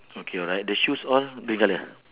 okay right the shoes all green colour